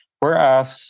Whereas